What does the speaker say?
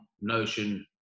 Notion